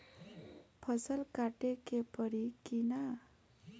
फसल काटे के परी कि न?